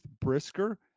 brisker